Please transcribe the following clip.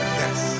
yes